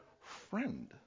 friend